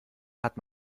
hat